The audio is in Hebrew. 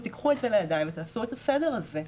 תקחו את זה לידיים ותעשו את הסדר הזה.